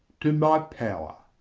to my power.